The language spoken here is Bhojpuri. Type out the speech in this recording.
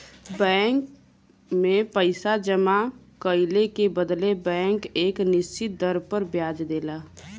बैंक में पइसा जमा कइले के बदले बैंक एक निश्चित दर पर ब्याज देला